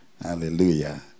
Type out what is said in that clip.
Hallelujah